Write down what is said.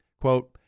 Quote